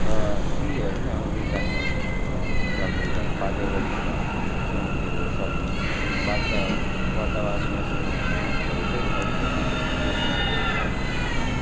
र तीहरू नै हो दुइवटा नै हो प्रकृति पार्यवारिक चुनौतीहरू सरी बार्त वातावरणीय चुनौतीहरू चाहिँ अरू त त्यस्तो केही चुनौतीहरू छैन